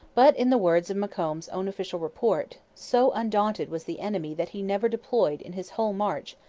but, in the words of macomb's own official report, so undaunted was the enemy that he never deployed in his whole march,